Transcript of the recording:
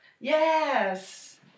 Yes